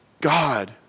God